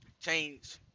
change